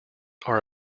are